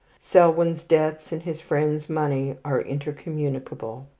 selwyn's debts and his friend's money are intercommunicable.